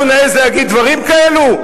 אנחנו נעז להגיד דברים כאלה?